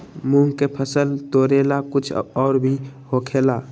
मूंग के फसल तोरेला कुछ और भी होखेला?